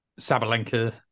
Sabalenka